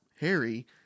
Harry